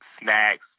snacks